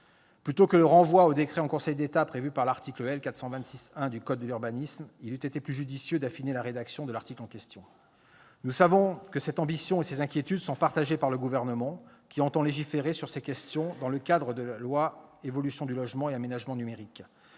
Plutôt que le renvoi à un décret en Conseil d'État prévu par l'article L. 426-1 du code de l'urbanisme, il eût été plus judicieux d'affiner la rédaction de l'article en question. Nous savons que cette ambition et ces inquiétudes sont partagées par le Gouvernement, qui entend légiférer sur ces questions dans le cadre du projet de loi Évolution du logement et aménagement numérique.